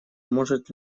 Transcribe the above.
может